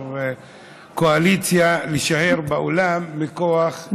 קואליציה להישאר באולם מכוח התפקיד.